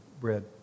bread